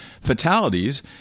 fatalities